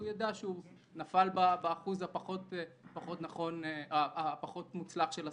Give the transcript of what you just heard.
הוא יידע שהוא נפל באחוז הפחות מוצלח של הסטטיסטיקה,